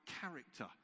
character